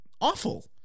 awful